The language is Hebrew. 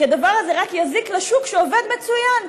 כי הדבר הזה רק יזיק לשוק שעובד מצוין.